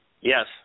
Yes